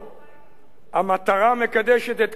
המטרה מקדשת את כל האמצעים?